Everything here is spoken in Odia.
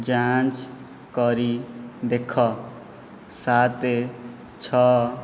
ଯାଞ୍ଚ କରି ଦେଖ ସାତ ଛଅ